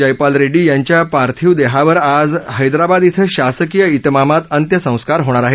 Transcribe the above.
जयपाल रेड्डी यांच्या पार्थिव देहावर आज हैदराबाद इथं शासकीय इतमामात अंत्यसंस्कार होणार आहेत